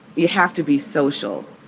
you have to be social,